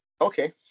Okay